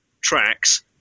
tracks